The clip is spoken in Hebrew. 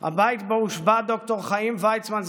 הבית שבו הושבע ד"ר חיים ויצמן,